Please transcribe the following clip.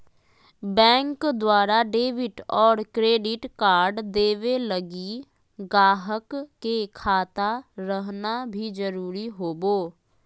bank द्वारा debit और credit card देवे लगी गाहक के खाता रहना भी जरूरी होवो